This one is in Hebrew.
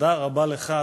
תודה רבה לך,